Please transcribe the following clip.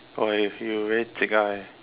okay if you you have very thick eye